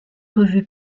revue